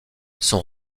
son